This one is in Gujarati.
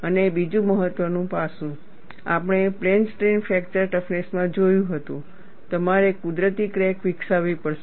અને બીજું મહત્વનું પાસું આપણે પ્લેન સ્ટ્રેઈન ફ્રેક્ચર ટફનેસમાં જોયું હતું તમારે કુદરતી ક્રેક વિકસાવવી પડશે